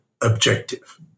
objective